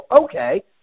okay